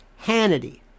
Hannity